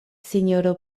sinjoro